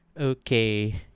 okay